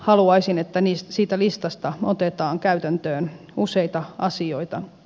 haluaisin että siitä listasta otetaan käytäntöön useita asioita